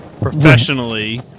professionally